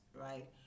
right